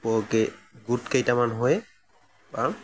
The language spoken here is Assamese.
গোট কেইটামান হৈ